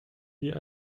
die